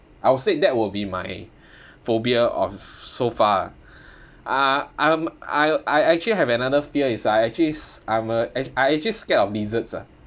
I would said that will be my phobia of so far ah ah I'm I I actually have another fear is I actually s~ I'm a I actually scared of lizards ah